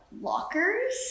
lockers